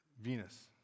Venus